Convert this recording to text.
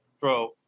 bro